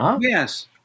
Yes